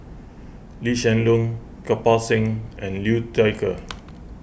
Lee Hsien Loong Kirpal Singh and Liu Thai Ker